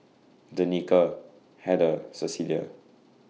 Danika Heather Cecilia